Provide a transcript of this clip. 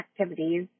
activities